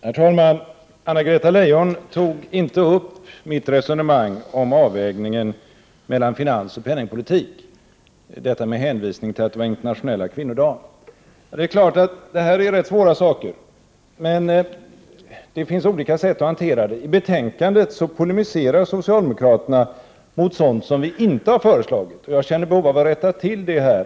Herr talman! Anna-Greta Leijon tog inte upp mitt resonemang om avvägningen mellan finansoch penningpolitik — detta med hänvisning till att det i dag är internationella kvinnodagen. Det är klart att detta är rätt svåra saker, men det finns olika sätt att hantera dem. I betänkandet polemiserar socialdemokraterna mot sådant som vi moderater inte har föreslagit.